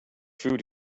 food